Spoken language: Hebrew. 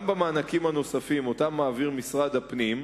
גם במענקים הנוספים שמעביר משרד הפנים,